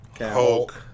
Hulk